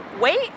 wait